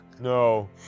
No